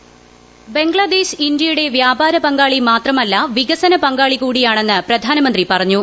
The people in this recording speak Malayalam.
വോയിസ് ബംഗ്ലാദേശ് ഇന്തൃയുടെ വൃാപാര പങ്കാളി മാത്രമല്ല വികസന പങ്കാളി കൂടിയാണെന്ന് പ്രധാനമന്ത്രി പറഞ്ഞു